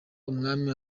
umwami